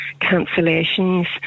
cancellations